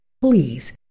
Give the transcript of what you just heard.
please